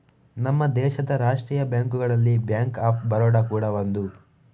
ನಮ್ಮ ದೇಶದ ರಾಷ್ಟೀಯ ಬ್ಯಾಂಕುಗಳಲ್ಲಿ ಬ್ಯಾಂಕ್ ಆಫ್ ಬರೋಡ ಕೂಡಾ ಒಂದು